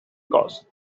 ghost